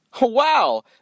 Wow